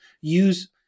use